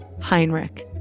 Heinrich